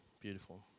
beautiful